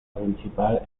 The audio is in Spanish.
principal